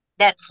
Netflix